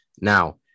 Now